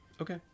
Okay